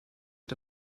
mit